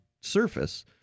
surface